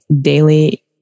daily